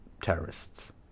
terrorists